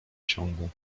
ciągu